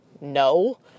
no